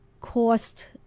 cost